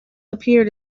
appeared